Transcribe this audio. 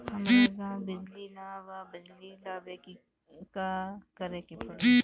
हमरा गॉव बिजली न बा बिजली लाबे ला का करे के पड़ी?